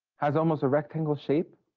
has almost a rectangle shape?